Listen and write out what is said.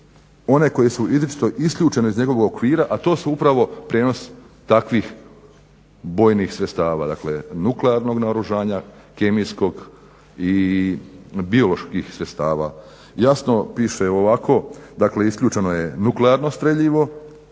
one koje su izričito isključene iz njegovog okvira, a to su upravo prijenos takvih bojnih sredstava. Dakle, nuklearnog naoružanja, kemijskog i bioloških sredstava. Jasno piše ovako, dakle isključeno je nuklearno streljivo,